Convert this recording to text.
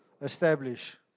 establish